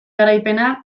garaipena